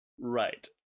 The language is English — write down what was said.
Right